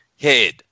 head